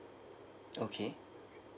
okay